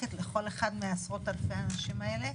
מדויקת לכל אחד מעשרות אלפי האנשים האלה?